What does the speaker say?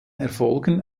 erfolgen